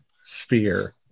sphere